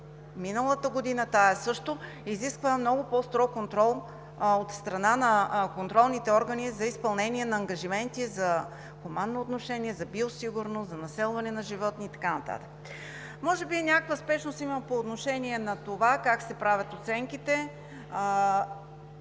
миналата година, тази също, изисква много по-строг контрол от страна на контролните органи за изпълнение на ангажименти за хуманно отношение, за биосигурност, за населване на животни и така нататък. Може би има някаква спешност по отношение на това как се правят оценките.